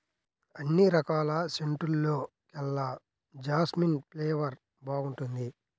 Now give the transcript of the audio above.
అన్ని రకాల సెంటుల్లోకెల్లా జాస్మిన్ ఫ్లేవర్ బాగుంటుంది